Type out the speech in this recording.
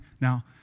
now